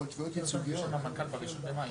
ברשותכם,